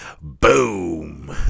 Boom